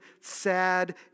sad